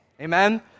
Amen